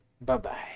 Bye-bye